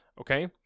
Okay